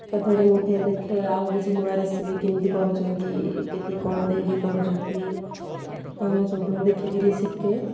ତା ଫେର୍ ମୁଁ ଫେର୍ ଦେଖେ ଆଉ କିଛି ନୂଆ ରେସିପି କେମିତି କରୁଛନ୍ତି କେତିକି କ'ଣ ଦେଇକରି କରୁଛନ୍ତି ତ ମୁଁ ସବୁଠୁ ଦେଖିକରି ଶିଖେ